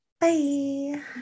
Bye